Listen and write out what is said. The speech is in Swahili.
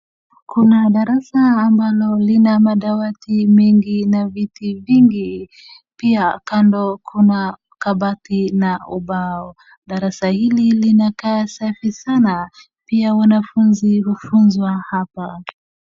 Kuna darasa ambalo lina madawati mengi na viti vingi, pia kando kuna kabati na ubao. Darasa hili linakaa safi sana pia wanafunzi hufunzwa hapa.